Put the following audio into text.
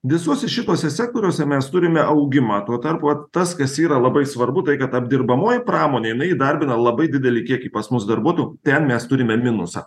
visuose šituose sektoriuose mes turime augimą tuo tarpu vat tas kas yra labai svarbu tai kad apdirbamoji pramonė jinai įdarbina labai didelį kiekį pas mus darbuotojų ten mes turime minusą